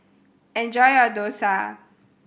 enjoy your Dosa